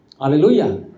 Hallelujah